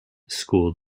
school